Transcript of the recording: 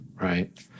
right